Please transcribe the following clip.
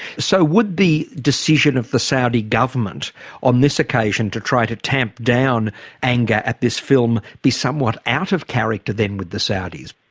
so would the decision of the saudi government on this occasion, to try to tamp down anger at this film, be somewhat out of character then, with the saudis?